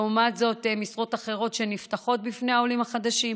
ולעומת זאת משרות אחרות שנפתחות בפני העולים החדשים.